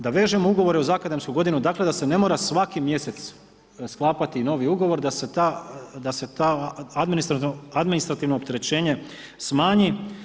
Da vežemo ugovore uz akademsku godinu dakle, da se ne mora svaki mjesec sklapati novi ugovor, da se to administrativno opterećenje smanji.